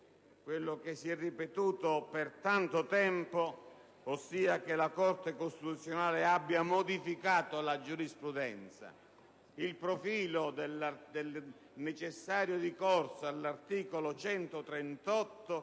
quello che si è ripetuto per tanto tempo, ossia che la Corte costituzionale abbia modificato la giurisprudenza. Il profilo del necessario ricorso all'articolo 138